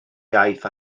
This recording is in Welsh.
iaith